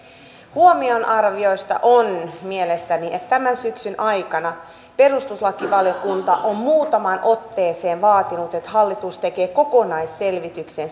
huomionarvoista on mielestäni että tämän syksyn aikana perustuslakivaliokunta on muutamaan otteeseen vaatinut että hallitus tekee kokonaisselvityksen